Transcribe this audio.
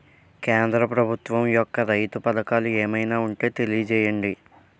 కేంద్ర ప్రభుత్వం యెక్క రైతు పథకాలు ఏమైనా ఉంటే తెలియజేయండి?